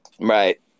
Right